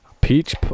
Peach